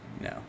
No